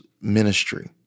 ministry